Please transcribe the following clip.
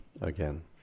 again